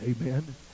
amen